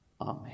Amen